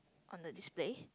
on the display